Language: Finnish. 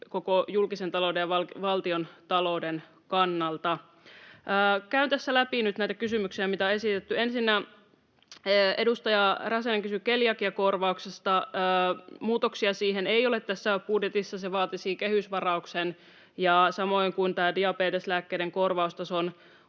koko julkisen talouden ja valtiontalouden kannalta. Käytän tässä läpi nyt näitä kysymyksiä, mitä on esitetty. Ensinnä, edustaja Räsänen kysyi keliakiakorvauksesta. Muutoksia siihen ei ole tässä budjetissa, se vaatisi kehysvarauksen, samoin kuin tämä diabeteslääkkeiden korvaustason